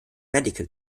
medical